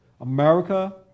America